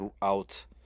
throughout